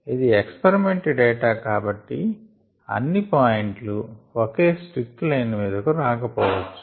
ఇది experiment data కాబట్టి అన్ని పాయింట్లు ఒకే స్ట్రిక్ట్ లైను మీదకు రాకపోవచ్చు